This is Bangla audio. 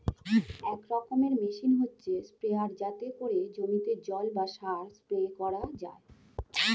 এক রকমের মেশিন হচ্ছে স্প্রেয়ার যাতে করে জমিতে জল বা সার স্প্রে করা যায়